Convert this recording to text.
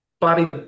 Bobby